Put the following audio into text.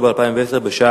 הקבע בצבא-הגנה לישראל (חיילות בשירות קבע),